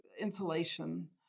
insulation